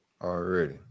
Already